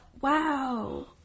wow